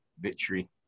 victory